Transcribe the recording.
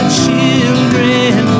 children